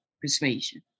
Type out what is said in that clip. persuasion